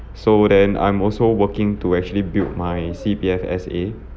so then I'm also working to actually build my C_P_F S_A